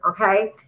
okay